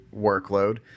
workload